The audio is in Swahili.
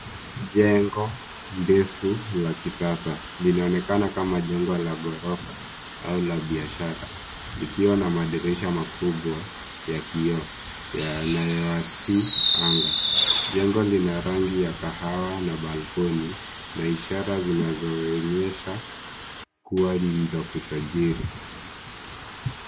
Jengo refu la kisasa linaonekanakama jengo la ghorofa au la biashara likiwa na madirisha makubwa ya kioo yanayoasi anga. Jengo lina rangi ya kahawa na balkoni na ishara zinazoonyesha kuwa ni za kutajiri.